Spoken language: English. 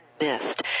missed